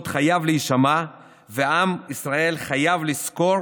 חייב להישמע ועם ישראל חייב לזכור